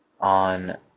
on